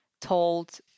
told